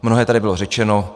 Mnohé tady bylo řečeno.